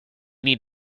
need